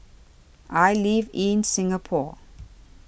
I live in Singapore